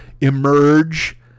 emerge